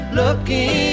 looking